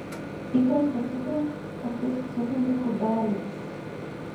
įprastą cukrų pakeisk cukrumi kubeliais